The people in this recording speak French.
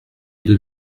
deux